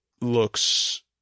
looks